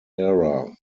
era